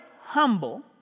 humble